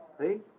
See